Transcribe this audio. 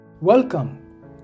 Welcome